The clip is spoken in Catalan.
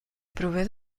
prové